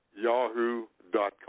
yahoo.com